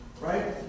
right